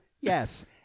Yes